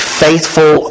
faithful